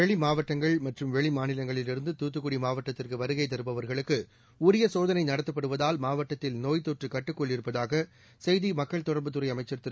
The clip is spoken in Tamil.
வெளிமாவட்டங்கள் மற்றும் வெளி மாநிலங்களில் இருந்து தூத்துக்குடி மாவட்டத்திற்கு வருகை தருபவர்களுக்கு உரிய சோதனை நடத்தப்படுவதால் மாவட்டத்தில் நோப்த்தொற்று கட்டுக்குள் இருப்பதாக செய்தி மக்கள் தொடா்புத்துறை அமைச்சா் திரு